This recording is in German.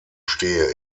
stehe